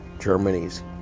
Germany's